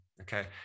Okay